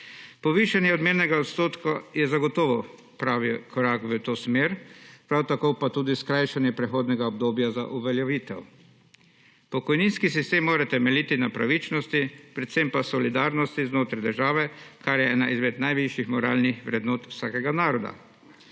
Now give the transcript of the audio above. Povišanje odmernega odstotka je zagotovo pravi korak v to smer, prav tako pa tudi skrajšanje prehodnega obdobja za uveljavitev. Pokojninski sistem mora temeljiti na pravičnosti, predvsem pa solidarnosti znotraj države, kar je ena izmed najvišjih moralnih vrednot vsakega naroda.